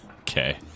Okay